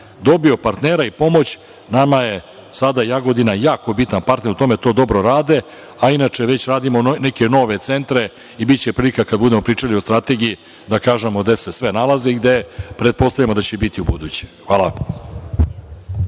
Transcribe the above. dobio partnera i pomoć, nama je sada Jagodina jako bitan partner u tome, to dobro rade, a inače već radimo neke nove centre i biće prilika kada budemo pričali o strategiji da kažemo gde se sve nalaze i gde pretpostavljamo da će biti ubuduće. Hvala